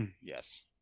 Yes